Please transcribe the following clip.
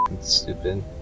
stupid